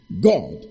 God